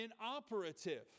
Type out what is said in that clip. inoperative